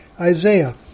Isaiah